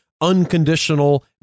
unconditional